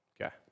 Okay